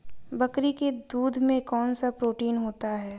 बकरी के दूध में कौनसा प्रोटीन होता है?